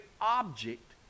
object